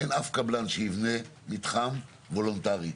אין אף קבלן שיבנה מתחם וולונטרי.